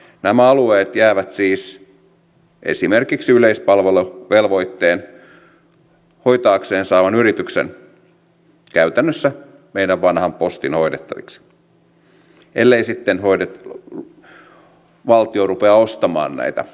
nämä alueet jäävät siis esimerkiksi yleispalveluvelvoitteen hoitaakseen saavan yrityksen käytännössä meidän vanhan postin hoidettaviksi ellei sitten valtio rupea ostamaan näitä yleispalvelupalveluita